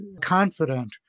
confident